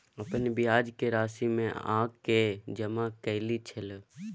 अपन ब्याज के राशि बैंक में आ के जमा कैलियै छलौं?